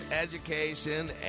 education